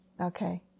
Okay